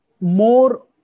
more